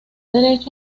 derecho